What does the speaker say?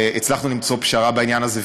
והצלחנו למצוא פשרה בעניין הזה.